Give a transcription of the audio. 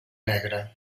negre